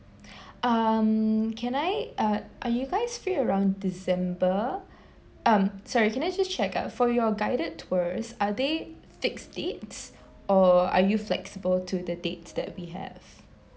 (uhmmm) can I uh are you guys free around december um sorry can I just check out for your guided tours are they fixed dates or are you flexible to the dates that we have